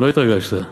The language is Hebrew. לא התרגשת,